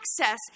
access